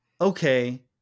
okay